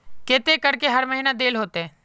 केते करके हर महीना देल होते?